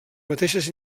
mateixes